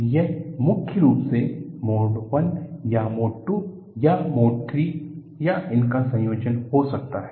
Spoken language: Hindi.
मोड I लोडिंग यह मुख्य रूप से मोड I या मोड II या मोड III या इनका संयोजन हो सकता है